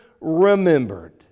remembered